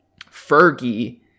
Fergie